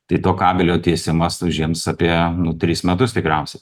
tai to kabelio tiesimas užims apie tris metus tikriausiai